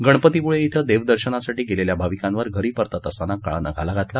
गणपती प्रळे िंग देवदर्शनासाठी गेलेल्या भाविकांवर घरी परतत असताना काळानं घाला घातला